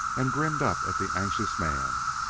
and grinned up at the anxious man.